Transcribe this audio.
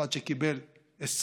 ואחד שקיבל 20,